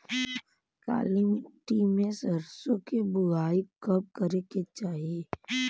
काली मिट्टी में सरसों के बुआई कब करे के चाही?